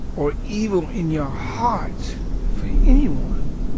or evil in your heart for anyone,